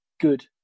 good